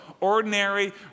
ordinary